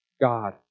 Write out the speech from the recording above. God